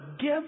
give